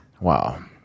Wow